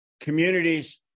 communities